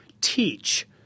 teach